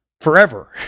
forever